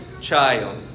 child